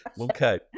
Okay